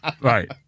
Right